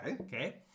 okay